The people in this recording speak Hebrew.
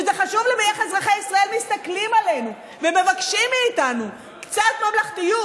שחשוב לו איך אזרחי ישראל מסתכלים עלינו ומבקשים מאיתנו קצת ממלכתיות,